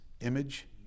image